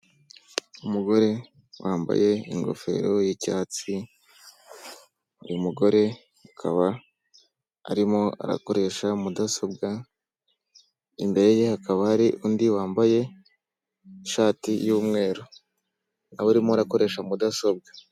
Umugore wambaye ingofero y'icyatsi. Uyu mugore ukaba arimo arakoresha mudasobwa, imbere ye hakaba hari undi wambaye ishati y'umweru, nawe urimo akoresha mudasobwa.